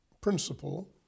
principle